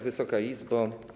Wysoka Izbo!